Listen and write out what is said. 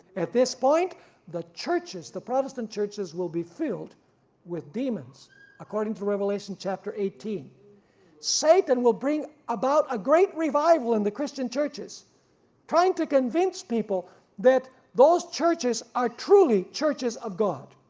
at this point the churches, the protestant churches will be filled with demons according to revelation chapter eighteen satan will bring about a great revival in the christian churches trying to convince people that those churches are truly churches of god.